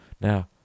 now